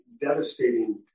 devastating